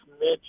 Mitch